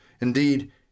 Indeed